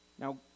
Now